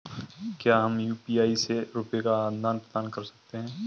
क्या हम यू.पी.आई से रुपये का आदान प्रदान कर सकते हैं?